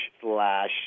slash